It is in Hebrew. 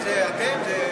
זה אתם?